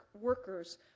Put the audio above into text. workers